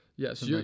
Yes